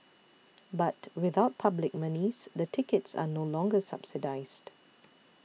but without public monies the tickets are no longer subsidised